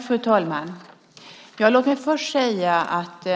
Fru talman! Låt mig först säga att